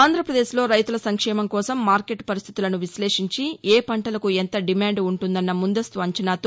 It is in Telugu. ఆంధ్రప్రదేశ్లో రైతుల సంక్షేమం కోసం మార్కెట్ పరిస్టితులను విశ్లేషించి ఏ పంటలకు ఎంత డిమాండ్ ఉంటుందన్న ముందస్తు అంచనాతో